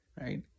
right